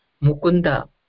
Mukunda